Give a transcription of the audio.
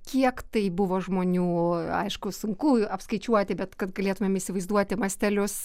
kiek tai buvo žmonių aišku sunku apskaičiuoti bet kad galėtumėm įsivaizduoti mastelius